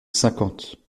cinquante